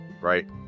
right